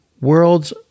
world's